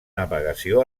navegació